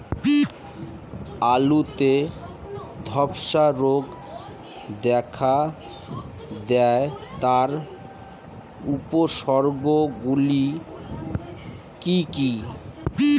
আলুতে ধ্বসা রোগ দেখা দেয় তার উপসর্গগুলি কি কি?